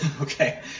Okay